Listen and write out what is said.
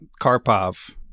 Karpov